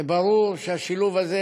ברור שהשילוב הזה